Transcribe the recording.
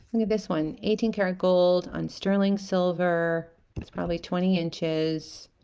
look at this one eighteen karat gold on sterling silver it's probably twenty inches